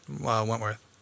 Wentworth